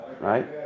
right